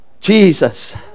Jesus